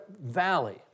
valley